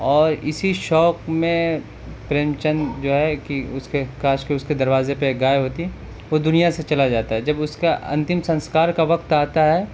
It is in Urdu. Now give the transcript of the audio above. اور اسی شوق میں پریم چند جو ہے کہ اس کے کاش کہ اس کے درازے پہ ایک گائے ہوتی وہ دنیا سے چلا جاتا ہے جب اس کا انتم سنسکار کا وقت آتا ہے